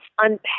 unpack